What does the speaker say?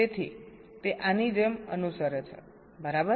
તેથી તે આ ની જેમ અનુસરે છે બરાબર